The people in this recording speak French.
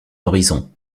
horizon